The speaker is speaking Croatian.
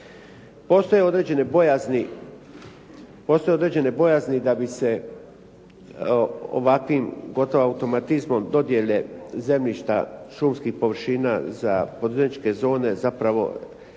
Postoje određene bojazni da bi se ovakvim gotovo automatizmom dodjele zemljišta šumskih površina za poduzetničke zone zapravo devastirao